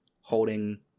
holding